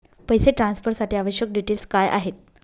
पैसे ट्रान्सफरसाठी आवश्यक डिटेल्स काय आहेत?